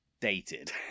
dated